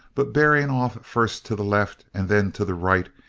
but bearing off first to the left and then to the right,